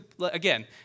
again—